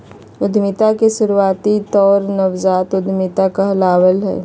उद्यमिता के शुरुआती दौर नवजात उधमिता कहलावय हय